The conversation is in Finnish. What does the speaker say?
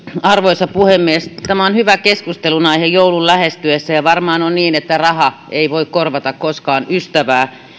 arvoisa puhemies tämä on hyvä keskustelunaihe joulun lähestyessä ja varmaan on niin että raha ei voi korvata koskaan ystävää